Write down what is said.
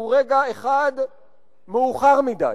שהוא אומנם רגע אחד מאוחר מדי,